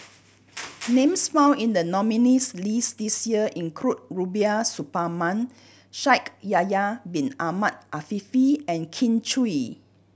names found in the nominees' list this year include Rubiah Suparman Shaikh Yahya Bin Ahmed Afifi and Kin Chui